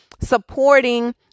supporting